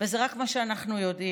וזה רק מה שאנחנו יודעים.